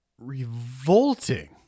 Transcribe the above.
revolting